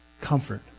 Comfort